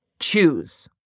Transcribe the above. choose